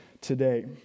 today